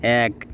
এক